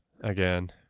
again